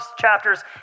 chapters